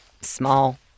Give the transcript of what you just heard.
small